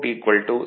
09 0